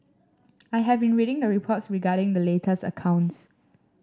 I have been reading the reports regarding the latest accounts